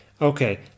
Okay